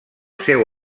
seu